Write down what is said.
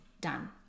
done